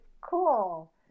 cool